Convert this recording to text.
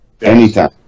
anytime